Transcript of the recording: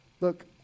Look